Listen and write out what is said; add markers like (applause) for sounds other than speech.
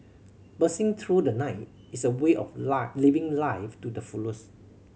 bursting through the night is a way of (unintelligible) living life to the (unintelligible)